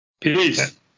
Peace